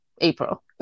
April